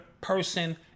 person